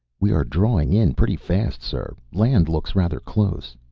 we are drawing in pretty fast, sir. land looks rather close.